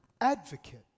advocate